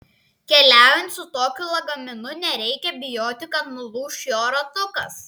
keliaujant su tokiu lagaminu nereikia bijoti kad nulūš jo ratukas